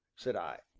said i.